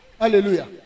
hallelujah